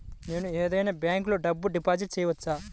నేను ఏదైనా బ్యాంక్లో డబ్బు డిపాజిట్ చేయవచ్చా?